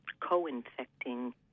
co-infecting